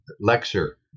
lecture